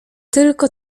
tylko